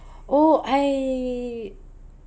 oh I